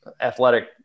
athletic